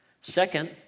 Second